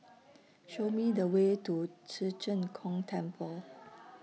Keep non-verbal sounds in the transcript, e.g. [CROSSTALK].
[NOISE] Show Me The Way to Ci Zheng Gong Temple